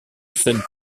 scène